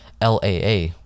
LAA